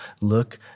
Look